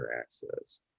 access